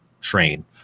train